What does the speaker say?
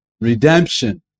redemption